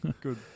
Good